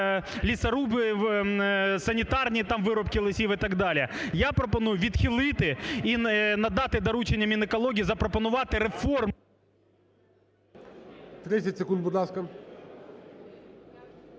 лісоруби, санітарні, там, вирубки лісів і так далі. Я пропоную відхилити і надати доручення Мінекології запропонувати реформу…